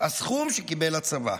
הסכום שקיבל הצבא.